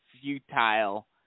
futile